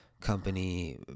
company